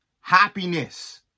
Happiness